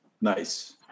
Nice